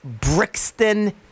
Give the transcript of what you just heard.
Brixton